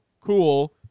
cool